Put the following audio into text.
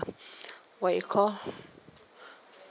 what you call